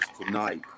tonight